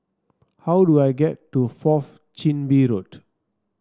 how do I get to Fourth Chin Bee Road